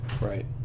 right